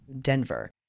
Denver